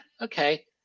okay